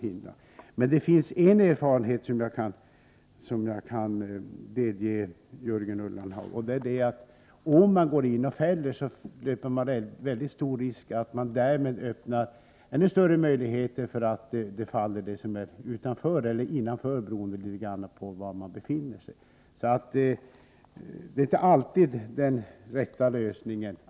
Rent praktiskt har jag emellertid den erfarenheten, som jag kan delge Jörgen Ullenhag, att om man börjar avverka på så sätt, skapar man en ännu större risk för att andra träd faller. Det är alltså inte alltid den rätta lösningen.